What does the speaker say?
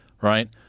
right